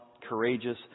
courageous